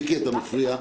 מיקי, אתה מפריע.